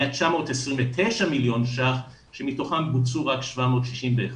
היה 929 מיליון ₪ שמתוכם בוצעו רק 761 מיליון.